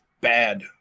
bad